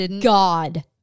God